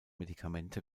medikamente